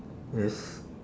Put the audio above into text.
yes